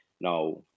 Now